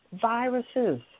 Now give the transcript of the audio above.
viruses